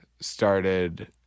started